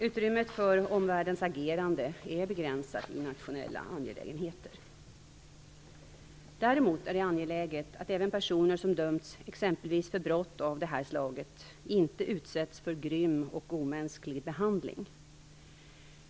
Utrymmet för omvärldens agerande är begränsat i nationella angelägenheter. Däremot är det angeläget att även personer som dömts exempelvis för brott av det här slaget inte utsätts för en grym och omänsklig behandling.